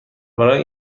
برای